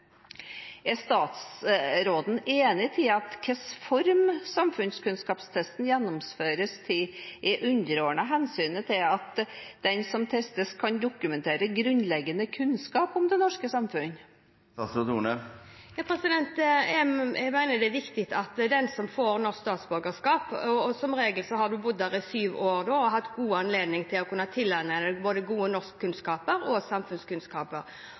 Er statsråden enig i at hva slags form samfunnskunnskapstesten gjennomføres i, er underordnet hensynet til at den som testes, kan dokumentere grunnleggende kunnskap om det norske samfunn? Jeg mener det er viktig at den som får norsk statsborgerskap – som regel har en da bodd her i syv år og har hatt god anledning til å kunne tilegne seg både gode norskkunnskaper og